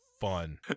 fun